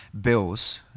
bills